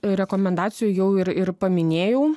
rekomendacijų jau ir ir paminėjau